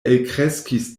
elkreskis